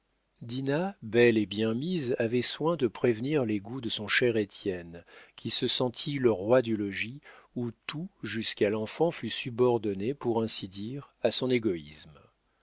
belle et bien mise avait soin de prévenir les goûts de son cher étienne qui se sentit le roi du logis où tout jusqu'à l'enfant fut subordonné pour ainsi dire à son égoïsme